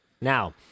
Now